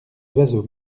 oiseaux